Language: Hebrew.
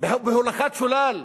בהולכת שולל.